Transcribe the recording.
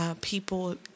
People